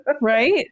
Right